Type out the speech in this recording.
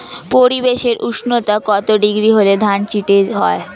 পরিবেশের উষ্ণতা কত ডিগ্রি হলে ধান চিটে হয়?